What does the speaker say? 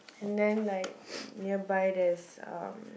and then like nearby there's a